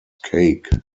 cake